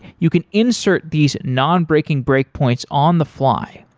you can insert these non-breaking break points on the fly.